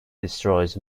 destroys